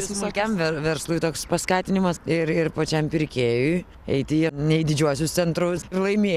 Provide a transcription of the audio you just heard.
smulkiam ver verslui toks paskatinimas ir ir pačiam pirkėjui eiti į ne į didžiuosius centrus ir laimėti